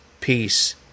peace